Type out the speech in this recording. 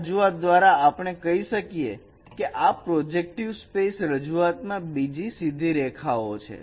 આ રજૂઆત દ્વારા આપણે કહી શકીએ કે આ પ્રોજેક્ટિવ સ્પેસ રજૂઆતમાં બધી જ સીધી રેખાઓ છે